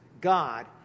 God